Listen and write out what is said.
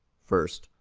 first,